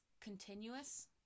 continuous